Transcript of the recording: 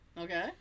Okay